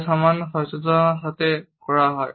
যা সামান্য সচেতনতার সাথে করা হয়